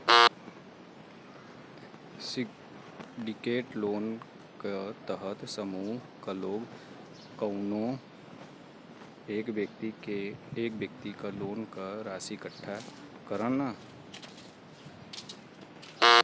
syndicate loan क तहत समूह क लोग कउनो एक व्यक्ति क लोन क राशि इकट्ठा करलन